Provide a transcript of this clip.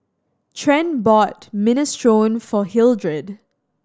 Trent bought Minestrone for Hildred